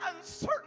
uncertain